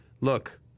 look